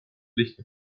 lihtne